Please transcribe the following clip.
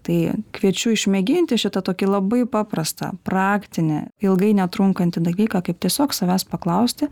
tai kviečiu išmėginti šitą tokį labai paprastą raktinį ilgai ne trunkantį dalyką kaip tiesiog savęs paklausti